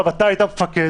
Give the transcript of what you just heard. היית מפקד,